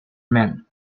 men